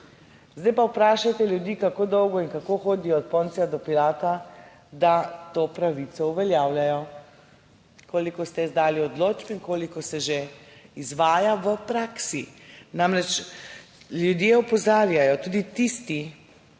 Zdaj pa vprašajte ljudi, kako dolgo in kako hodijo od Poncija do Pilata, da to pravico uveljavljajo. Koliko ste izdali odločb in koliko se že izvaja v praksi? Namreč, ljudje opozarjajo, **58.